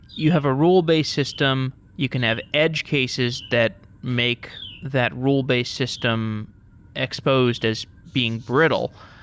you have a rule-based system. you can have edge cases that make that rule-based system exposed as being brittle.